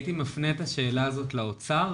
הייתי מפנה את השאלה הזאת לאוצר,